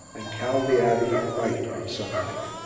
and caldy abbey white in the sunlight.